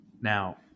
Now